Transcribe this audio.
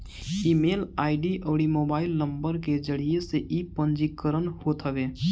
email ID अउरी mobile number के जरिया से इ पंजीकरण होत हवे